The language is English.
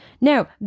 Now